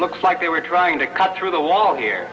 looks like they were trying to cut through the law here